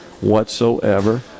whatsoever